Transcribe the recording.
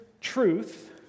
truth